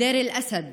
מדיר אל-אסד,